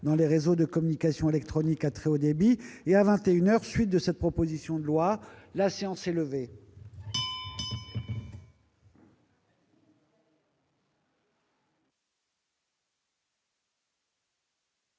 dans les réseaux de communications électroniques à très haut débit et à 21 heures suite de cette proposition de loi, la séance est levée.